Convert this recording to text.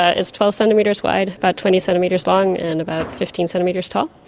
ah it's twelve centimetres wide, about twenty centimetres long, and about fifteen centimetres tall.